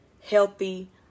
healthy